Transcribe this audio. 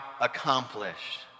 accomplished